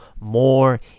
more